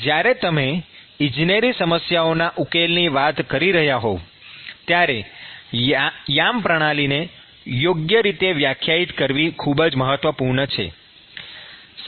જ્યારે તમે ઇજનેરી સમસ્યાઓના ઉકેલની વાત કરી રહ્યા હોવ ત્યારે યામ પ્રણાલીને યોગ્ય રીતે વ્યાખ્યાયિત કરવી ખૂબ જ મહત્વપૂર્ણ છે